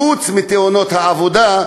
חוץ מתאונות העבודה,